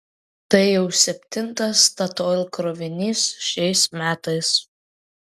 tai jau septintas statoil krovinys šiais metais